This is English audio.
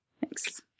Thanks